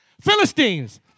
Philistines